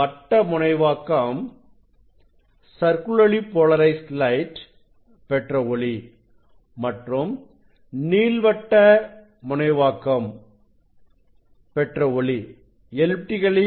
வட்ட முனைவாக்கம் பெற்ற ஒளி மற்றும் நீள்வட்ட முனைவாக்கம் பெற்ற ஒளி ஆகும்